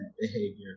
behavior